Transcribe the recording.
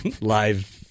live